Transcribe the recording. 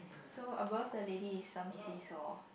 so above the lady is some seesaw